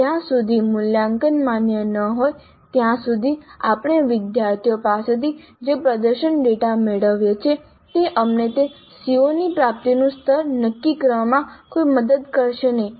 જ્યાં સુધી મૂલ્યાંકન માન્ય ન હોય ત્યાં સુધી આપણે વિદ્યાર્થીઓ પાસેથી જે પ્રદર્શન ડેટા મેળવીએ છીએ તે અમને તે CO ની પ્રાપ્તિનું સ્તર નક્કી કરવામાં કોઈ મદદ કરશે નહીં